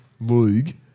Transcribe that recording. League